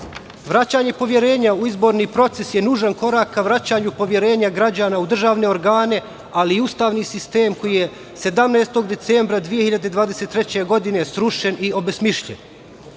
poverenja u izborni proces je nužan korak ka vraćanju poverenja građana u državne organe, ali i ustavni sistem koji je 17. decembra 2023. godine srušen i obesmišljen. Cilj